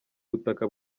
ubutaka